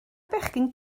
bechgyn